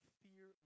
fear